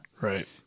right